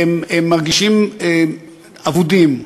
והם מרגישים אבודים.